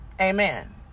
Amen